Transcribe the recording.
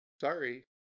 Sorry